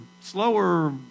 slower